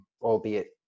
albeit